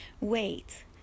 wait